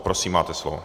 Prosím, máte slovo.